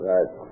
Right